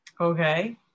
Okay